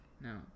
no